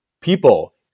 People